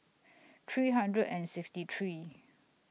three hundred and sixty three